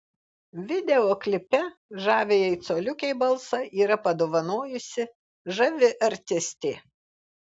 video klipe žaviajai coliukei balsą yra padovanojusi žavi artistė